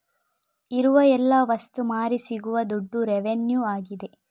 ಇರುವ ಎಲ್ಲ ವಸ್ತು ಮಾರಿ ಸಿಗುವ ದುಡ್ಡು ರೆವೆನ್ಯೂ ಆಗಿದೆ